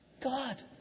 God